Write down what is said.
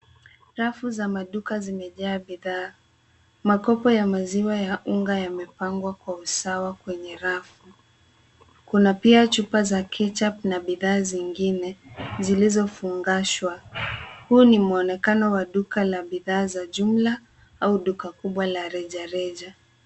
Rafu za maduka zimejaa bidhaa. Makopo ya maziwa ya unga yamepangwa kwa usawa kwenye rafu. Kuna pia chupa za ketchup na bidhaa zingine zilizofungashwa. Huu ni mwonekano wa duka la bidhaa za jumla au duka kubwa la rejareja.